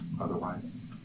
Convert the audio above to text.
otherwise